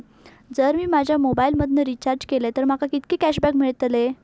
जर मी माझ्या मोबाईल मधन रिचार्ज केलय तर माका कितके कॅशबॅक मेळतले?